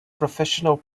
professional